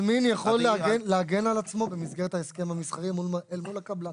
המזמין יכול להגן על עצמו במסגרת ההסכם המסחרי אל מול הקבלן.